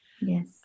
Yes